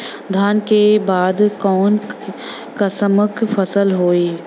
धान के बाद कऊन कसमक फसल होई?